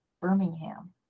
Birmingham